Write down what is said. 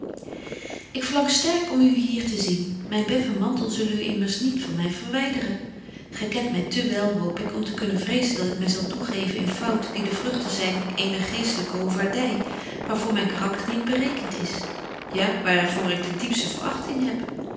ik verlang sterk om u hier te zien myn bef en mantel zullen u immers niet van my verwyderen gy kent my te wél hoop ik om te kunnen vrezen dat ik my zal toegeven in fouten die de vruchten zyn eener geestlyke hovaardy waar voor myn karakter niet berekent is ja waar voor ik de diepste verachting heb